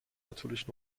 natürlich